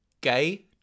gay